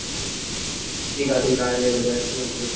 ठीकु आहे ठीकु आहे हले भले अची वञिजो